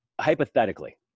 hypothetically